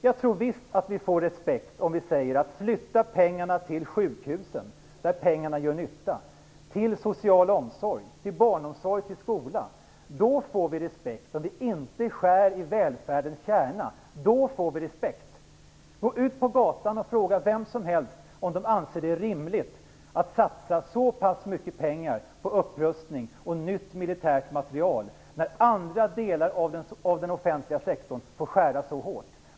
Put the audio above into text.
Jag tror visst att vi får respekt om vi säger: Flytta pengarna till sjukhusen där pengarna gör nytta. Flytta dem till social omsorg, till barnomsorg och skola. Om vi inte skär i välfärdens kärna får vi respekt. Gå ut på gatan och fråga vem som helst om de anser det rimligt att satsa så pass mycket pengar på upprustning och nytt militärt materiel när andra delar av den offentliga sektorn får skära så hårt.